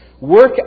work